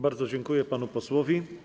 Bardzo dziękuję panu posłowi.